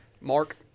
mark